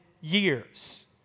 years